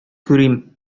күрим